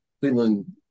Cleveland